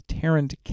Tarrant